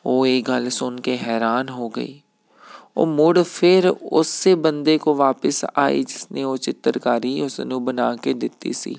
ਉਹ ਇਹ ਗੱਲ ਸੁਣ ਕੇ ਹੈਰਾਨ ਹੋ ਗਈ ਉਹ ਮੁੜ ਫਿਰ ਉਸੇ ਬੰਦੇ ਕੋਲ ਵਾਪਸ ਆਈ ਜਿਸਨੇ ਉਹ ਚਿੱਤਰਕਾਰੀ ਉਸ ਨੂੰ ਬਣਾ ਕੇ ਦਿੱਤੀ ਸੀ